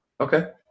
Okay